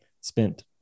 spent